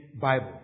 Bible